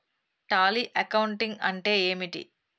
Tally accounting అంటే ఏమిటి?